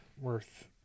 worth